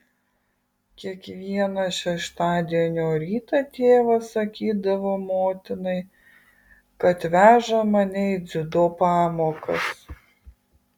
kiekvieną šeštadienio rytą tėvas sakydavo motinai kad veža mane į dziudo pamokas